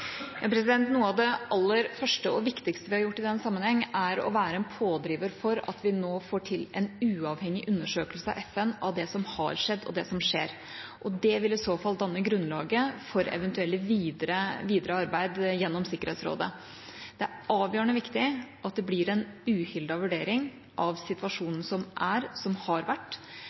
Noe av det aller første og viktigste vi har gjort i denne sammenhengen, er å være en pådriver for at vi nå får til en uavhengig undersøkelse fra FN av det som har skjedd, og det som skjer. Det vil i så fall danne grunnlaget for eventuelt videre arbeid gjennom Sikkerhetsrådet. Det er avgjørende viktig at det blir en uhildet vurdering av situasjonen som er og har vært,